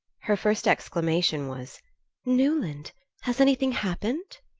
her first exclamation was newland has anything happened?